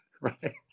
right